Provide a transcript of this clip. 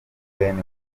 ben